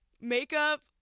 makeup